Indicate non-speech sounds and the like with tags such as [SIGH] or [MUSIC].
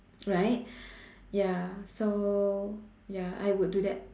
right [BREATH] ya so ya I would do that